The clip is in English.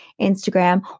Instagram